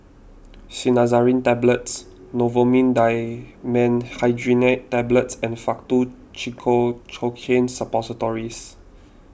Cinnarizine Tablets Novomin Dimenhydrinate Tablets and Faktu Cinchocaine Suppositories